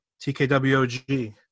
TKWOG